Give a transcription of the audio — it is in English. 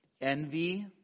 Envy